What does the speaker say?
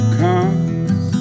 comes